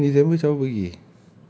abeh eighteen december siapa pergi